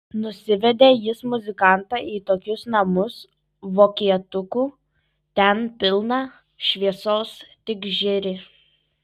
nusivedė jis muzikantą į tokius namus vokietukų ten pilna šviesos tik žėri